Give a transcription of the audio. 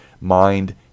Mind